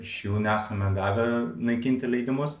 iš jų nesame gavę naikinti leidimus